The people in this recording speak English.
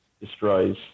destroys